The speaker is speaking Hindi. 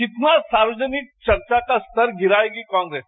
कितना सार्वजनिक चर्चा का स्तर गिराएगी कांग्रेस